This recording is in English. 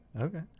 okay